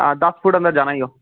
आं दस्स फुट्ट अंदर जाना ई